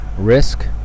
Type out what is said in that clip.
Risk